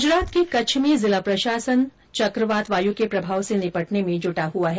गुजरात के कच्छ में जिला प्रशासन चक्रवात वायु के प्रभाव से निपटने में जुटा हुआ है